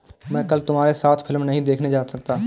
मैं कल तुम्हारे साथ फिल्म नहीं देखने जा सकता